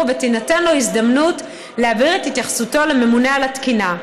ותינתן לו הזדמנות להעביר את התייחסותו לממונה על התקינה.